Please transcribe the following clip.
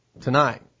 tonight